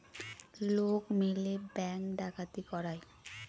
লোক মিলে ব্যাঙ্ক ডাকাতি করায়